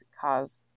cause